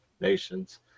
nations